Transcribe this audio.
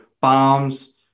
bombs